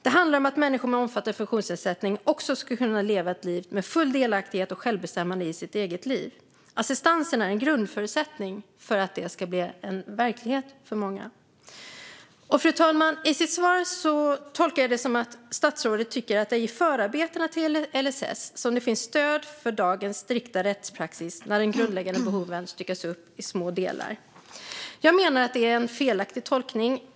Det handlar om att också människor med omfattande funktionsnedsättning ska kunna leva ett liv med full delaktighet och självbestämmande i sitt eget liv. Assistansen är för många en grundförutsättning för att det ska bli verklighet. Fru talman! Jag tolkade statsrådets svar som att hon tycker att det är i förarbetena till LSS som det finns stöd för dagens strikta rättspraxis, där de grundläggande behoven styckas upp i små delar. Jag menar att detta är en felaktig tolkning.